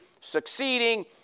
succeeding